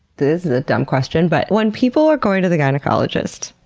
this is a dumb question, but when people are going to the gynecologist,